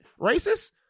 racist